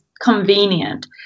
convenient